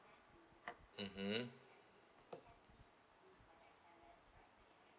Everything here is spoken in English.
mmhmm